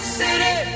city